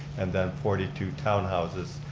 and then forty two townhouses.